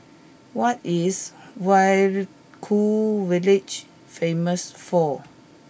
what is Vaiaku village famous for